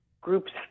groups